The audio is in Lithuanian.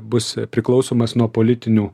bus priklausomas nuo politinių